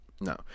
no